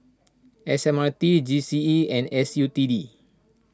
S M R T G C E and S U T D